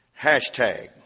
hashtag